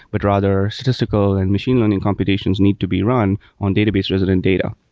but rather statistical and machine learning computations need to be run on database resident data.